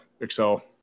excel